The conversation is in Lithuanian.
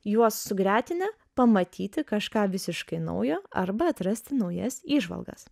juos sugretinę pamatyti kažką visiškai naujo arba atrasti naujas įžvalgas